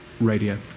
radio